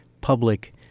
public